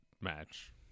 match